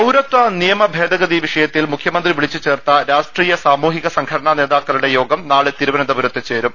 പൌരത്യാനിയമ ഭേദഗതി വിഷയത്തിൽ മുഖ്യമന്ത്രി വിളിച്ചു ചേർത്ത് രാഷ്ട്രീയ സാമൂഹിക സംഘടനാ നേതാക്കളുടെ യോഗം നാളെ തിരുവനന്തപുരത്ത് ചേരും